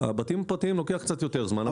הבתים הפרטיים, לוקח קצת יותר זמן.